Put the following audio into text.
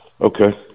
Okay